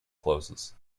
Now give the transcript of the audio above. closes